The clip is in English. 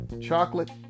Chocolate